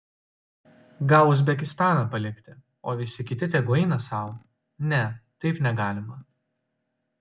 gal uzbekistaną palikti o visi kiti tegu eina sau ne taip negalima